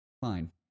fine